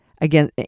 again